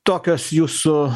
tokios jūsų